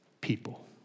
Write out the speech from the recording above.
people